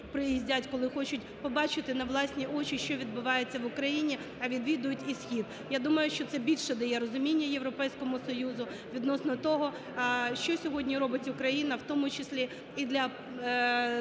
приїздять, коли хочуть побачити на власні очі що відбувається в Україні, а відвідують і схід. Я думаю, що це більше дає розуміння Європейському Союзу відносно того, що сьогодні робить Україна в тому числі і для